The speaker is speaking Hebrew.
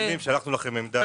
שלחנו לכם נייר עמדה.